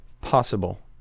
possible